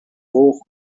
hoch